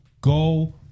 go